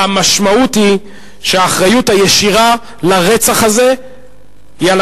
המשמעות היא שהאחריות הישירה לרצח הזה היא על